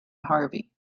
harvey